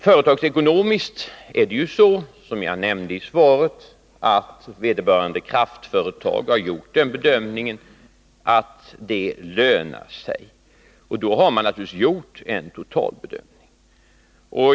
Företagsekonomiskt är det ju så, som jag nämnde i svaret, att vederbörande kraftföretag har gjort den bedömningen att ett fullföljande av projekten lönar sig. Då har man naturligtvis gjort en totalbedömning.